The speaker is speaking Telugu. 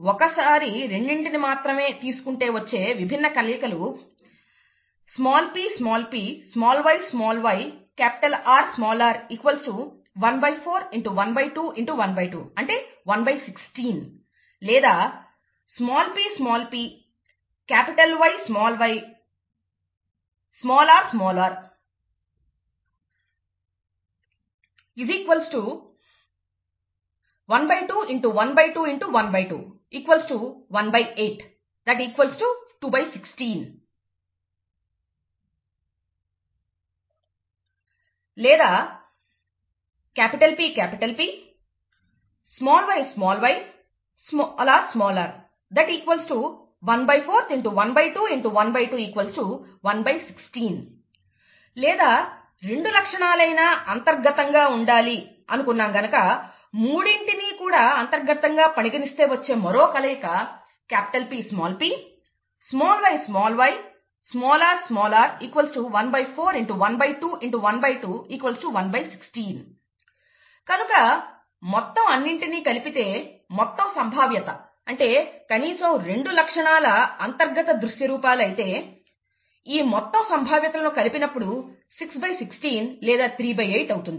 ఒకసారి రెండింటిని మాత్రమే తీసుకుంటే వచ్చే విభిన్న కలయికలు ppyyRr ¼ x ½ x ½ 116 లేదా ppYyrr ¼ x ½ x ½ 116 లేదా Ppyyrr ½ x ½ x ½ 18 216 లేదా PPyyrr ¼ x ½ x ½ 116 లేదా రెండు లక్షణాలైనా అంతర్గతంగా ఉండాలి అనుకున్నా గనుక మూడింటిని కూడా అంతర్గతంగా పరిగణిస్తే వచ్చే మరో కలయిక Ppyyrr ¼ x ½ x ½ 116 కనుక మొత్తం అన్నింటిని కలిపితే మొత్తం సంభావ్యత అంటే కనీసం రెండు లక్షణాల అంతర్గత దృశ్య రూపాలు అయితే ఈ మొత్తం సంభావ్యతలను కలిపినప్పుడు 616 లేదా ⅜ అవుతుంది